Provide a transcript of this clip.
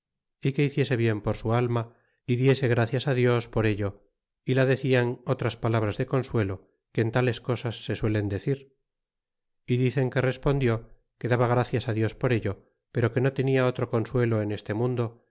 é que hiciese bien por su alma y diese gracias dios por ello é la decian otras palabras de consuelo que en tales cosas se suelen decir ó dicen que respondió que daba gracias dios por ello pero que no tenia otro consuelo en este mundo